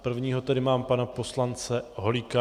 Prvního tady mám pana poslance Holíka.